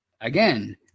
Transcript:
again